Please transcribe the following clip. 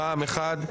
רע"מ אחד,